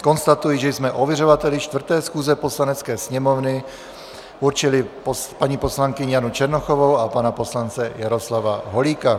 Konstatuji, že jsme ověřovateli 4. schůze Poslanecké sněmovny určili paní poslankyni Janu Černochovou a pana poslance Jaroslava Holíka.